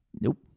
Nope